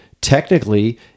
technically